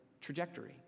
trajectory